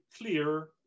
clear